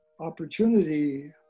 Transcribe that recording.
Opportunity